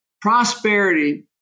prosperity